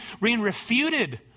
refuted